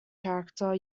character